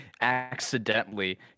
accidentally